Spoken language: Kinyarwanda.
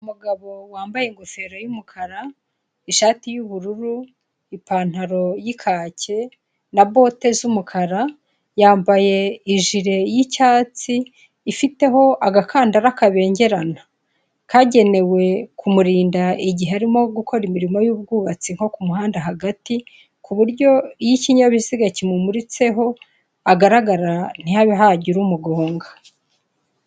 Umugabo wambaye ingofero y'umukara, ishati y'ubururu, ipantaro y'ikake, na bote z'umukara, yambaye ijile y'icyatsi, ifiteho agakandara kabengerana, kagenewe kumurinda igihe arimo gukora imirimo y'ubwubatsi nko ku muhanda hagati, kuburyo iyo inkinyabiziga kimumuritseho agaragara, ntihabe hagire umugunga.